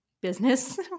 business